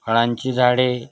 फळांची झाडे